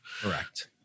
correct